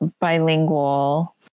bilingual